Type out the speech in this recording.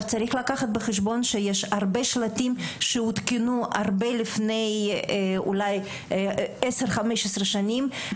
צריך לקחת בחשבון שיש הרבה שלטים שהותקנו הרבה לפני אולי עשר ו-15 שנים,